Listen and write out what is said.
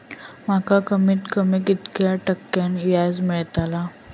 माका कमीत कमी कितक्या टक्क्यान व्याज मेलतला?